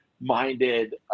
minded